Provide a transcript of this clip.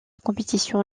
compétition